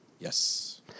Yes